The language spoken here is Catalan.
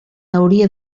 hauria